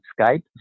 Skype